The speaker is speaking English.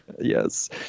Yes